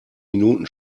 minuten